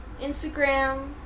Instagram